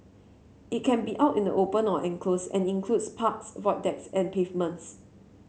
it can be out in the open or enclosed and includes parks Void Decks and pavements